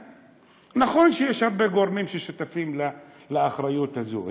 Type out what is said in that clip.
נכון שיש הרבה גורמים ששותפים לאחריות הזאת,